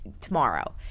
tomorrow